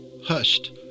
hushed